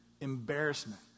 embarrassment